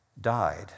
died